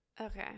okay